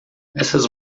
essas